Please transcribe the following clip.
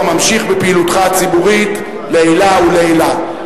ממשיך בפעילותך הציבורית לעילא ולעילא.